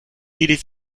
needed